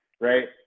Right